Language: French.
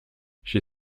j’ai